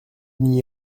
n’y